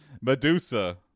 Medusa